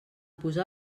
posar